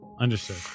Understood